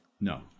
No